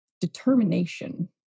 determination